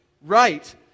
right